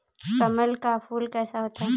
कमल का फूल कैसा होता है?